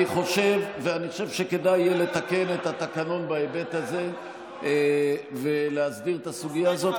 אני חושב שכדאי יהיה לתקן את התקנון בהיבט הזה ולהסדיר את הסוגיה הזאת,